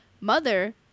mother